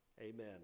Amen